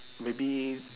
maybe